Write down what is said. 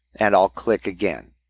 and i'll click again.